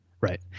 Right